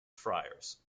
friars